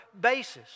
basis